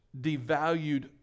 devalued